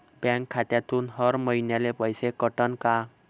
Bank खात्यातून हर महिन्याले पैसे कटन का?